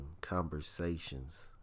conversations